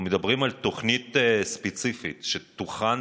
אנחנו מדברים על תוכנית ספציפית שתוכן